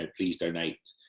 ah please donate.